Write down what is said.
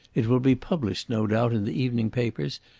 it will be published, no doubt, in the evening papers,